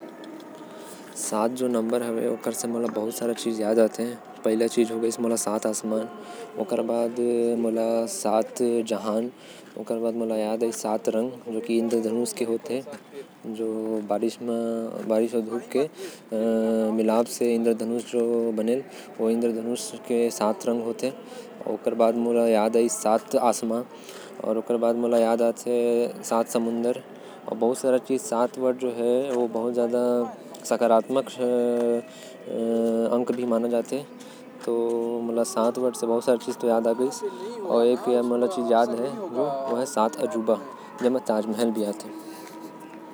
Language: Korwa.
सात संख्या से बहुते कुछो याद आयेल। सात आसमान सात समंदर सात जहां। सात रंग सात अजूबा अउ सात ला एक अच्छा नंबर माँगथे। अउ कुछ तो संख्या सात से मोके नही याद आएल।